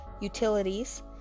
utilities